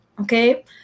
okay